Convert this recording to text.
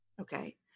okay